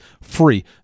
free